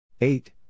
eight